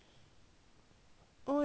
oh my god is this [one] ah